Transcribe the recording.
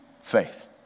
faith